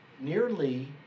nearly